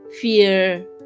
fear